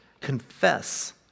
confess